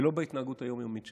ולא בהתנהגות היום-יומית שלו.